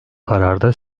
kararda